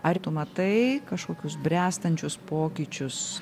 ar tu matai kažkokius bręstančius pokyčius